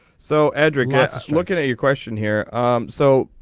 so entering ah look at a question here so.